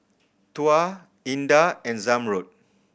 Tuah Indah and Zamrud